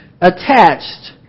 attached